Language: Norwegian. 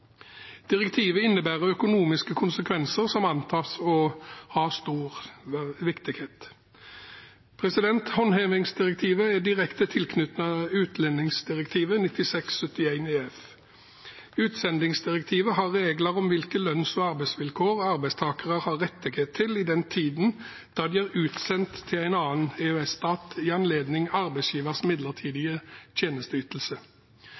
Direktivet innebærer økonomiske konsekvenser som antas å være av stor viktighet. Håndhevingdirektivet er direkte tilknyttet utsendingsdirektivet, 96/71/EF. Utsendingsdirektivet har regler om hvilke lønns- og arbeidsvilkår arbeidstakere har rettighet til i den tiden de er utsendt til en annen EØS-stat i anledning arbeidsgivers